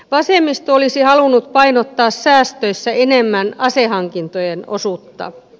vasemmisto olisi halunnut painottaa säästöissä enemmän asehankintojen osuutta